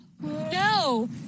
No